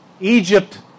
Egypt